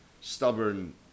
stubborn